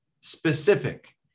specific